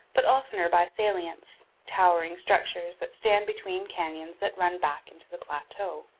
but oftener by salients towering structures that stand between canyons that run back into the plateau.